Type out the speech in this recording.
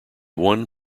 one